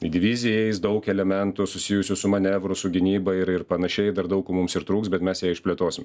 į diviziją eis daug elementų susijusių su manevru su gynyba ir ir panašiai dar daug ko mums ir trūks bet mes ją išplėtosim